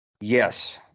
Yes